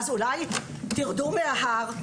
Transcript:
אז אולי תרדו מההר,